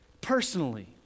personally